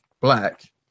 Black